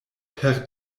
per